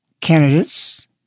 candidates